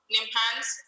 Nimhans